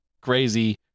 crazy